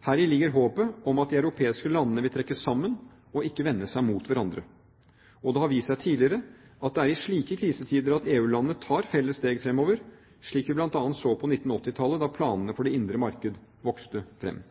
Heri ligger håpet om at de europeiske landene vil trekke sammen og ikke vende seg mot hverandre. Og det har vist seg tidligere at det er i slike krisetider EU-landene tar felles steg fremover, slik vi bl.a. så det på 1980-tallet, da planene for det indre markedet vokste fram.